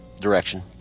direction